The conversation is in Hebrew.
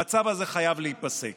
המצב הזה חייב להיפסק,